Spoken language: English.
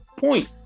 point